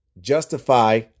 justify